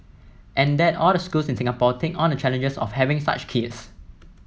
and that all the schools in Singapore take on the challenges of having such kids